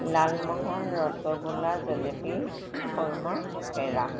Lalmohan rasgulla jalebi khurma পেৰা